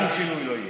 שום שינוי לא יהיה.